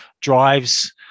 drives